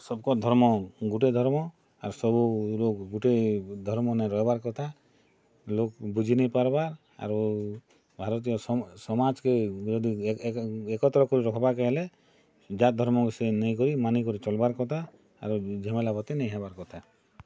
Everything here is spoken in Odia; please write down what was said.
ସବକ୍ ଧର୍ମ ଗୁଟେ ଧର୍ମ ଆର୍ ସବୁ ଲୋକ୍ ଗୁଟେ ଧର୍ମନେ ରହେବାର୍ କଥା ଲୋକ୍ ବୁଝି ନେଇଁ ପାରବା ଆରୁ ଭାରତୀୟ ସମ ସମାଜ୍ କେ ଯଦି ଏ ଏକ ଏକତ୍ର କରି ରଖବା କେ ହେଲେ ଯା ଧର୍ମ କେ ସେ ନେଇ କରି ମାନି କରି ଚଲବାର୍ କଥା ଆରୁ ଝାମେଲା ପତି ନେଇ ହେବାର୍ କଥା